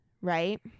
right